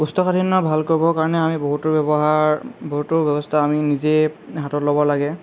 কৌষ্ঠকাঠিন্য ভাল কৰিবৰ কাৰণে আমি বহুতো ব্য়ৱহাৰ বহুতো ব্যৱস্থা আমি নিজে হাতত ল'ব লাগে